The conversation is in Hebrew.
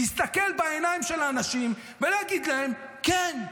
להסתכל בעיניים של האנשים ולהגיד להם: כן,